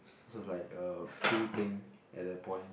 so it was like a cool thing at that point